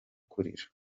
kurira